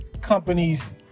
companies